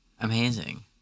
Amazing